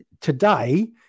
today